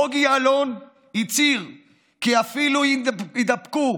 בוגי יעלון הצהיר כי אפילו אם יידבקו